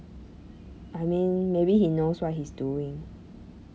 I mean maybe he knows what he's doing